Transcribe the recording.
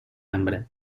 hambre